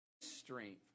strength